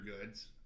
goods